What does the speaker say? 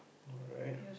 all right